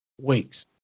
weeks